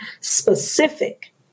specific